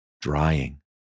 drying